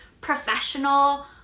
professional